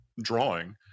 drawing